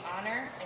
honor